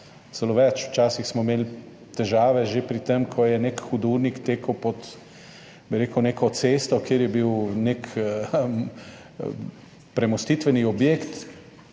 Celo več, včasih smo imeli težave že pri tem, ko je nek hudournik tekel pod neko cesto, kjer je bil nek premostitveni objekt,